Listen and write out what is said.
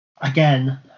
again